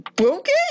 okay